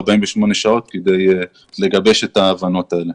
48 שעות כדי לגבש את ההבנות האלה.